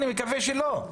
אני מקווה שלא,